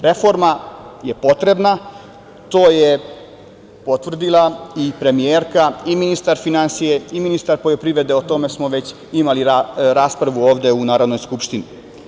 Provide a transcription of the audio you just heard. Reforma je potrebna, to je potvrdila i premijerka i ministar finansija i ministar poljoprivrede i o tome smo već imali raspravu ovde u Narodnoj skupštini.